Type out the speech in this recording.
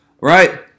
Right